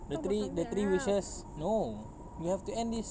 the three the three wishes no we have to end this